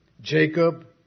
Jacob